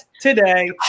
today